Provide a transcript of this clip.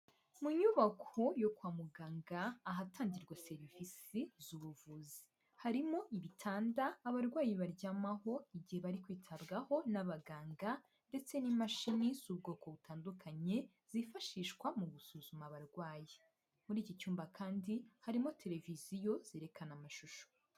Mu nyubako yo kwa muganga ahatangirwa serivisi z'ubuvuzi, harimo ibitanda abarwayi baryamaho igihe bari kwitabwaho n'abaganga ndetse n'imashini z'ubwoko butandukanye zifashishwa mu gusuzuma abarwayi, muri iki cyumba kandi harimo televiziyo zerekana amashusho.